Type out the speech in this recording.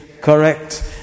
correct